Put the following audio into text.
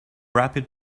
rapid